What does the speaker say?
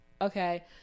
Okay